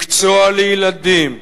מקצוע לילדים,